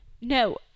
No